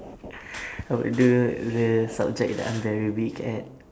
I would do the subject that I'm very weak at